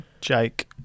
Jake